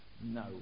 no